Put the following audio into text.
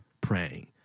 praying